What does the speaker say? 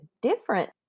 different